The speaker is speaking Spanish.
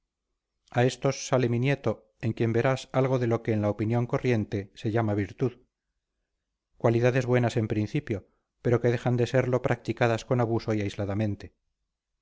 a estos sale mi nieto en quien verás algo de lo que en la opinión corriente se llama virtud cualidades buenas en principio pero que dejan de serlo practicadas con abuso y aisladamente